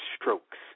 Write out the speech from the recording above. strokes